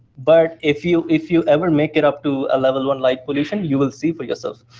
but if you if you ever make it up to a level one light pollution, you will see for yourselves.